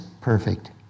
perfect